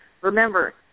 remember